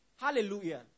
Hallelujah